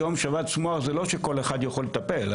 היום שבץ מוח זה לא שכל אחד יכול לטפל.